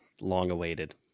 long-awaited